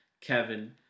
Kevin